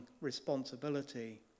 responsibility